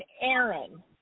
Aaron